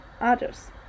others